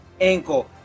ankle